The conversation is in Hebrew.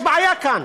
יש בעיה כאן.